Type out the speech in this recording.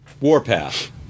Warpath